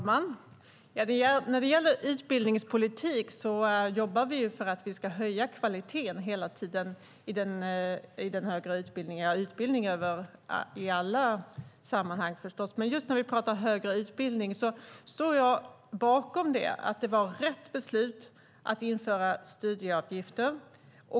Herr talman! När det gäller utbildningspolitik jobbar vi hela tiden för att vi ska höja kvaliteten i den högre utbildningen - och i alla sammanhang. Just när vi pratar om högre utbildning står jag bakom att det var rätt beslut att införa studieavgifter.